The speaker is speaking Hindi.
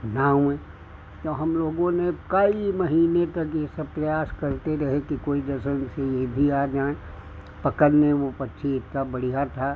न आवैं तो हम लोगों ने कई महीने तक यह सब प्रयास करते रहे कि कोई जतन से यह भी आ जाएँ पकड़ने वह पक्षी इतना बढ़िया था